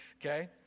Okay